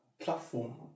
platform